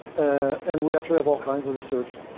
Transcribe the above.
and we actually have all kinds of research.